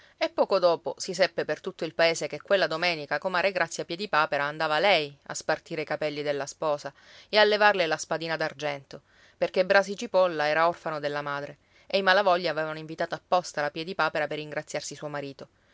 e poco dopo si seppe per tutto il paese che quella domenica comare grazia piedipapera andava lei a spartire i capelli della sposa e a levarle la spadina d'argento perché brasi cipolla era orfano della madre e i malavoglia avevano invitato apposta la piedipapera per ingraziarsi suo marito